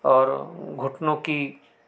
और घुटनों की